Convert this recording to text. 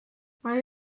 mae